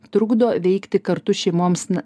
trukdo veikti kartu šeimoms